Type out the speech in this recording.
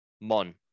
mon